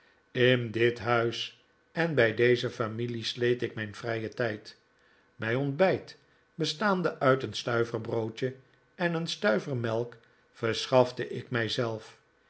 in dit huis en bij deze familie sleet ik mijn vrijen tijd mijn ontbijt bestaande uit een stuiversbfoodje en een stuiver melk verschafte ik